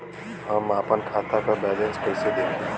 हम आपन खाता क बैलेंस कईसे देखी?